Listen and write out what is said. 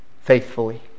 faithfully